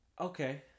Okay